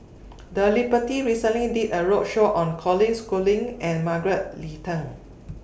The Liberty recently did A roadshow on Colin Schooling and Margaret Leng Tan